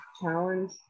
challenge